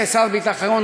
כשר ביטחון,